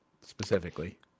specifically